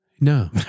No